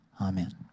Amen